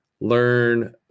learn